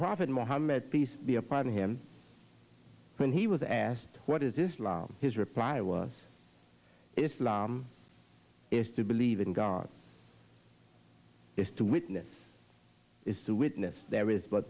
prophet mohammad peace be upon him when he was asked what is islam his reply was islam is to believe in god is to witness is to witness there is but